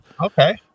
Okay